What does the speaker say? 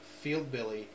FieldBilly